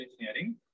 engineering